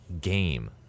game